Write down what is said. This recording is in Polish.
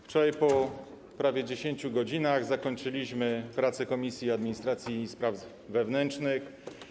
Wczoraj, po prawie 10 godzinach, zakończyliśmy prace w Komisji Administracji i Spraw Wewnętrznych.